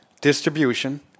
distribution